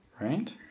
Right